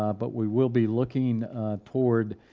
um but we will be looking toward